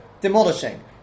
demolishing